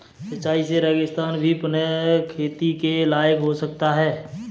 सिंचाई से रेगिस्तान भी पुनः खेती के लायक हो सकता है